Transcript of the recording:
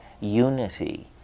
unity